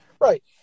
Right